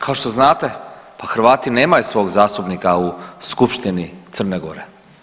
Kao što znate, pa Hrvati nemaju svog zastupnika u Skupštini Crne Gore.